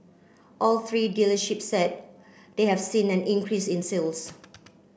all three dealerships said they have seen an increase in sales